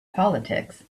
politics